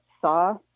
saw